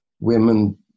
women